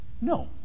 no